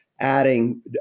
adding